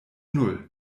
null